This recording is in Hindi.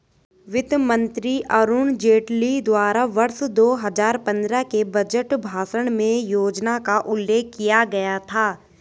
वित्त मंत्री अरुण जेटली द्वारा वर्ष दो हजार पन्द्रह के बजट भाषण में योजना का उल्लेख किया गया था